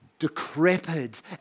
decrepit